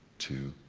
two,